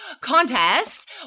contest